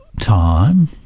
time